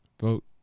vote